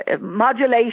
modulation